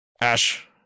Ash